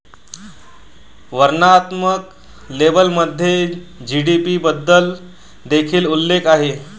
वर्णनात्मक लेबलमध्ये जी.डी.पी बद्दल देखील उल्लेख आहे